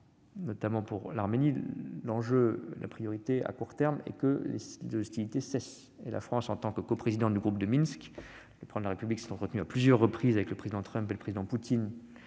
notamment pour l'Arménie, est que les hostilités cessent. En tant que coprésidente du groupe de Minsk- le Président de la République s'est entretenu à plusieurs reprises avec le président Trump et le président Poutine,